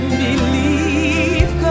believe